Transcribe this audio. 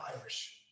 irish